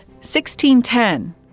1610